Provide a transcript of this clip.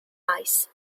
ice